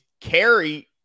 carry